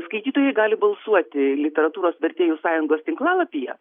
skaitytojai gali balsuoti literatūros vertėjų sąjungos tinklalapyje